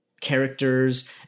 characters